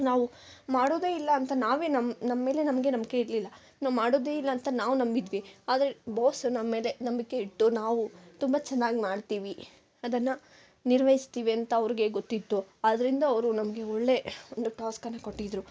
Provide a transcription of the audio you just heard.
ನಾವು ಮಾಡೋದೇ ಇಲ್ಲ ಅಂತ ನಾವೇ ನಮ್ಮ ನಮ್ಮ ಮೇಲೆ ನಮಗೆ ನಂಬಿಕೆ ಇರಲಿಲ್ಲ ನಾವು ಮಾಡೋದೇ ಇಲ್ಲ ಅಂತ ನಾವು ನಂಬಿದ್ವಿ ಆದರೆ ಬಾಸ್ ನಮ್ಮ ಮೇಲೆ ನಂಬಿಕೆ ಇಟ್ಟು ನಾವು ತುಂಬ ಚೆನ್ನಾಗಿ ಮಾಡ್ತೀವಿ ಅದನ್ನು ನಿರ್ವಹಿಸ್ತೀವಿ ಅಂತ ಅವರಿಗೆ ಗೊತ್ತಿತ್ತು ಆದ್ರಿಂದ ಅವರು ನಮಗೆ ಒಳ್ಳೆ ಒಂದು ಟಾಸ್ಕನ್ನು ಕೊಟ್ಟಿದ್ರು